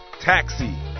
taxi